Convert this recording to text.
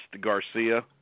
Garcia